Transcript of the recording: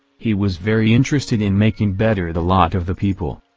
he was very interested in making better the lot of the people.